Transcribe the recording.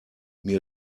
mir